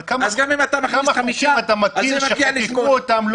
גם אם אתה מכניס חמישה, זה מגיע לשמונה.